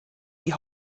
die